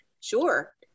Sure